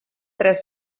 tres